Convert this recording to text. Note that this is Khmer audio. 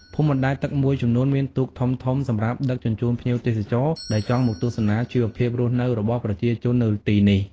ភូមិបណ្ដែតទឹកមួយចំនួនមានទូកធំៗសម្រាប់ដឹកជញ្ជូនភ្ញៀវទេសចរណ៍ដែលចង់មកទស្សនាជីវភាពរស់នៅរបស់ប្រជាជននៅទីនេះ។